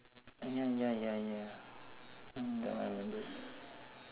ya ya ya ya hmm that one I remember